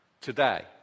today